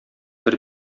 бер